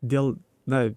dėl na